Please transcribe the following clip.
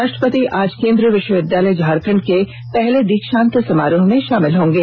राष्ट्रपति आज केंद्रीय विष्वविद्यालय झारखंड के पहले दीक्षांत समारोह में शामिल होंगे